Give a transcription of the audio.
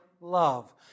love